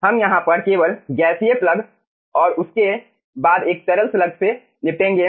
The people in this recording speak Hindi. हम यहाँ पर केवल गैसीय प्लग और उसके बाद एक तरल स्लग से निपटेंगे